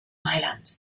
mailand